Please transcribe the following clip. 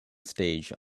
stage